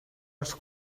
els